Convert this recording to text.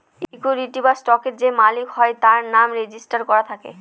equity বা স্টকের যে মালিক হয় তার নাম রেজিস্টার করা থাকে